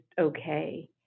okay